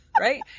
right